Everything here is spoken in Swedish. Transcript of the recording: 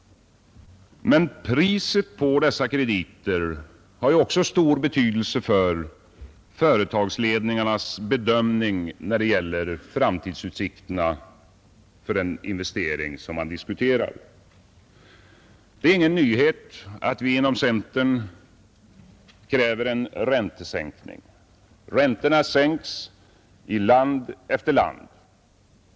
Men priset på dessa krediter har ju stor betydelse när företagsledningarna bedömer framtidsutsikterna för investeringar som man diskuterar. Det är ingen nyhet att vi inom centerpartiet kräver en räntesänkning. Räntorna sänks i land efter land.